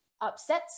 upsets